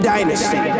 Dynasty